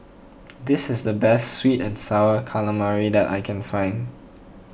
this is the best Sweet and Sour Calamari that I can find